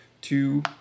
two